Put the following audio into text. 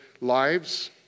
lives